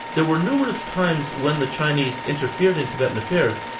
there were numerous times when the chinese interfered in tibetan affairs,